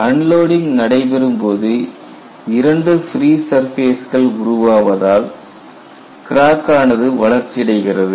unloading நடைபெறும்போது 2 free surface கள் உருவாவதால் கிராக் ஆனது வளர்ச்சி அடைகிறது